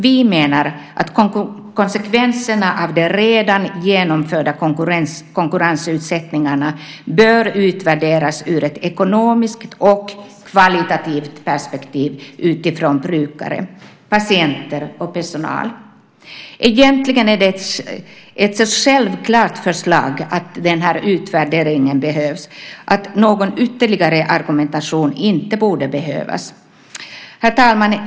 Vi menar att konsekvenserna av de redan genomförda konkurrensutsättningarna bör utvärderas ur ett ekonomiskt och kvalitativt perspektiv utifrån brukare, patienter och personal. Egentligen är det så självklart att den här utvärderingen behövs att någon ytterligare argumentation inte borde behövas. Herr talman!